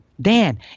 Dan